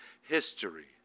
history